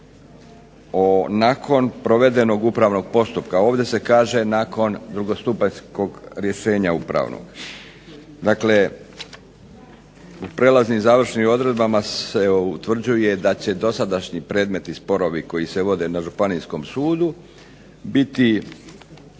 nakon provedenog upravnog postupka, ovdje se kaže nakon drugostupanjskog rješenja upravnog. Dakle, prijelaznim i završnim odredbama se utvrđuje da će dosadašnji predmeti i sporovi koji se vode na županijskom sudu biti